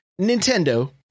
nintendo